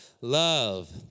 Love